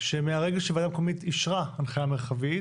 שמהרגע שוועדה מקומית אישרה הנחיה מרחבית